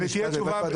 בית